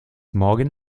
morgen